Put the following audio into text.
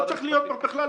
לא צריך להיות פה בכלל,